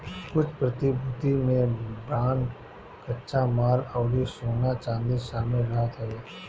कुछ प्रतिभूति में बांड कच्चा माल अउरी सोना चांदी शामिल रहत हवे